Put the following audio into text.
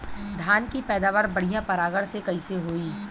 धान की पैदावार बढ़िया परागण से कईसे होई?